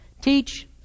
teach